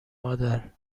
مادر